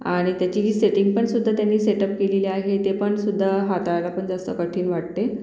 आणि त्याची जी सेटिंगपण सुद्धा त्यांनी सेटअप केलेली आहे ते पण सुद्धा हाताळायला पण जास्त कठीण वाटते